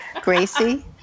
Gracie